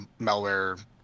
malware